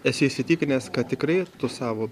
esi įsitikinęs kad tikrai tu savo